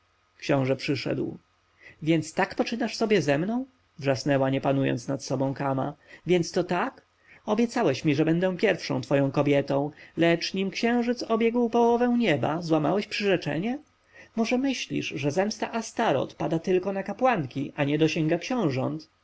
książę przyszedł więc tak poczynasz sobie ze mną wrzasnęła nie panując nad sobą kama więc to tak obiecałeś mi że będę pierwszą twoją kobietą lecz nim księżyc obiegł połowę nieba złamałeś przyrzeczenie może myślisz że zemsta astoreth pada tylko na kapłanki a nie dosięga